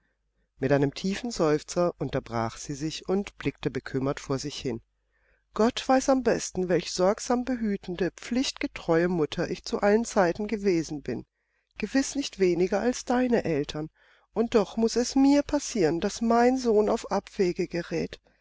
mit einem tiefen seufzer unterbrach sie sich und blickte bekümmert vor sich hin gott weiß am besten welch sorgsam behütende pflichtgetreue mutter ich zu allen zeiten gewesen bin gewiß nicht weniger als deine eltern und doch muß es mir passieren daß mein sohn auf abwege gerät